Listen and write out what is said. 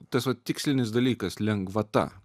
tas vat tikslinis dalykas lengvata